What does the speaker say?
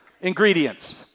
ingredients